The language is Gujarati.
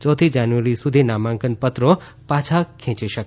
ચોથી જાન્યુઆરી સુધી નામાંકન પત્રો પાછા ખેંચી શકાશે